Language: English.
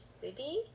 city